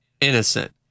innocent